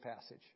passage